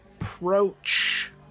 approach